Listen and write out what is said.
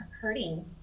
hurting